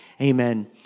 amen